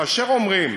כאשר אומרים